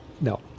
No